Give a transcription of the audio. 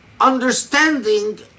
understanding